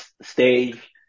stage